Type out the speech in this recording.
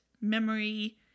memory